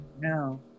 now